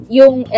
yung